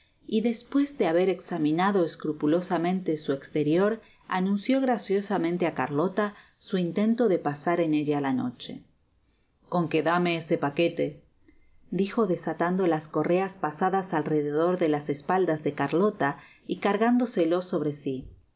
y despues de haber examinado escrupulosamente su exterior anunció graciosamente á carlota su intento de píisar en ella la noche con que dame ese paquete dijo desatando las correas pasadas al'rededor de las espaldas de carlota y cargándoselo sobre si